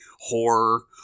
horror